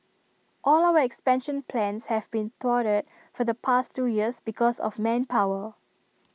all our expansion plans have been thwarted for the past two years because of manpower